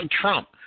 Trump